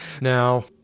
Now